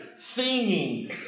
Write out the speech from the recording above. Singing